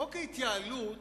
חוק ההתייעלות